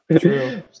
True